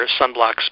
sunblocks